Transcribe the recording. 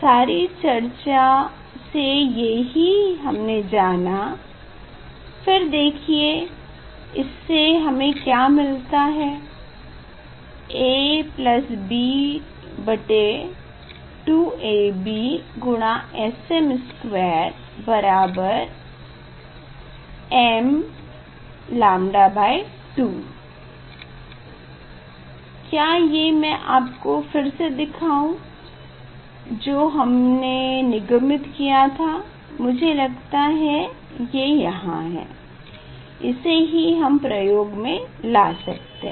सारी चर्चा से ये ही हमने जाना फिर देखिए इससे हमे क्या मिलता है ab2abSm2 m𝞴2 क्या ये मै आपको फिर से दिखाऊँ जो हमने निगमित किया था मुझे लगता है ये यहाँ है इसे ही हम प्रयोग में इस्तेमाल करेंगे